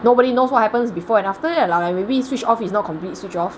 nobody knows what happened before and after that lah like maybe switch off is not complete switch off